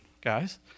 guys